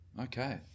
Okay